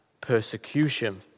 persecution